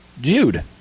Jude